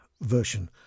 version